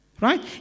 right